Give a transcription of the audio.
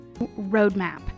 Roadmap